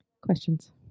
Questions